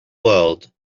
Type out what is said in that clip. world